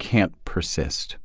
can't persist.